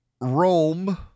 Rome